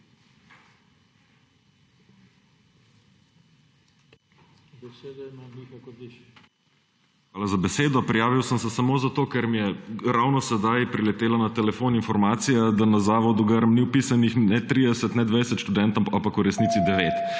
Hvala za besedo. Prijavil sem se samo zato, ker me ji ravno sedaj priletela na telefon informacija, da na zavodu Grm ni vpisanih ne 30, ne 20 študentov, ampak v resnici 9.